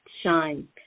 shine